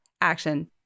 action